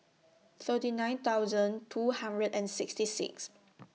thirty nine thousand two hundred and sixty six